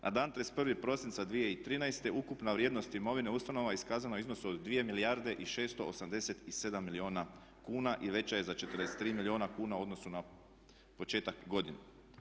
Na dan 31. prosinca 2013. ukupna vrijednost imovine ustanova iskazana je u iznosu od 2 milijarde i 687 milijuna kuna i veća je za 43 milijuna kuna u odnosu na početak godine.